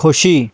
खोशी